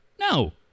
No